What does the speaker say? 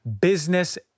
business